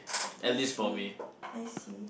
I see I see